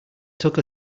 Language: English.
took